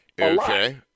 Okay